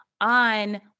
on